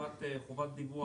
הרעיון של חובת דיווח.